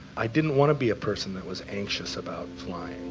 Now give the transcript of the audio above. i didn't want to be a person that was anxious about flying